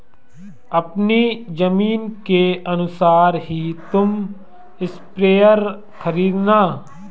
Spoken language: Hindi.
अपनी जमीन के अनुसार ही तुम स्प्रेयर खरीदना